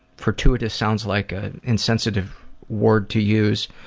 fortuitous sounds like an insensitive word to use.